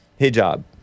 Hijab